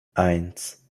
eins